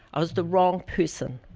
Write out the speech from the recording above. i was the wrong person.